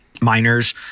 miners